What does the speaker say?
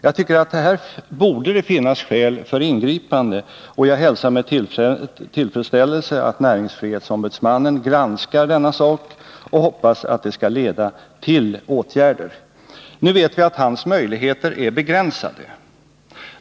Jag tycker att det här borde finnas skäl för ingripande, och jag hälsar med tillfredsställelse att näringsfrihetsombudsmannen granskar denna sak. Jag hoppas att det skall leda till åtgärder. Nu vet vi att hans möjligheter är begränsade.